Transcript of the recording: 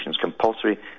compulsory